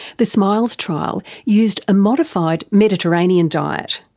the smiles trial used a modified mediterranean diet,